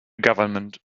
government